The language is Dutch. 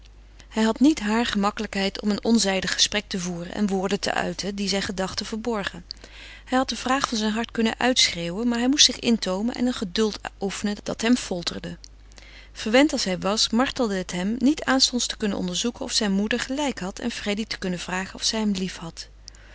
hij had niet haar gemakkelijkheid om een onzijdig gesprek te voeren en woorden te uiten die zijne gedachten verborgen hij had de vraag van zijn hart kunnen uitschreeuwen maar hij moest zich intoomen en een geduld oefenen dat hem folterde verwend als hij was martelde het hem niet aanstonds te kunnen onderzoeken of zijn moeder gelijk had en freddy te kunnen vragen of zij hem lief